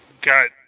got